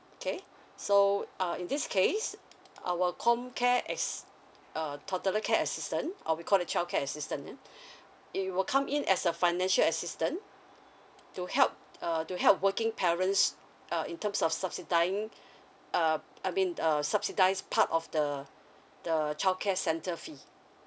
okay so uh in this case our comcare ass~ uh toddler care assistant or we call it childcare assistant ya it will come in as a financial assistance to help uh to help working parents uh in terms of subsidising uh I mean uh subsidise part of the the childcare centre fee